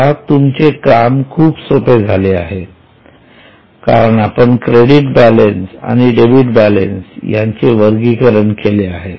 आता तुमचे काम खूप सोपे झाले आहे कारण आपण क्रेडिट बॅलन्स आणि डेबिट बॅलेन्स यांचे वर्गीकरण केले आहे